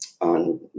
on